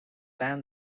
down